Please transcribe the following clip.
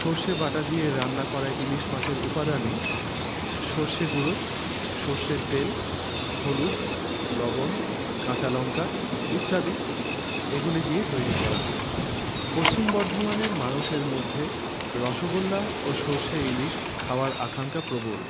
সর্ষে ইলিশ সর্ষে বাটা দিয়ে রান্না করা ইলিশ মাছের উপাদানে সর্ষে গুঁড়ো সর্ষের তেল হলুদ লবণ কাঁচা লঙ্কা ইত্যাদি এগুলি দিয়ে তৈরি করা হয় পশ্চিম বর্ধমানের মানুষের মধ্যে রসগোল্লা ও সর্ষে ইলিশ খাওয়ার আকাঙ্খা প্রবল